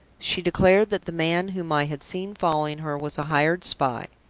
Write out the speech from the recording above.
she declared that the man whom i had seen following her was a hired spy.